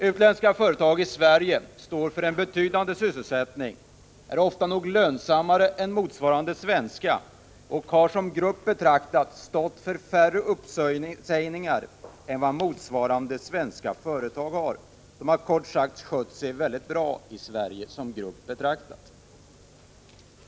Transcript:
Utländska företag i Sverige står för en betydande sysselsättning, är ofta nog lönsammare än motsvarande svenska företag och har som grupp betraktat stått för färre uppsägningar än motsvarande svenska företag. De har kort sagt skött sig väldigt bra i Sverige.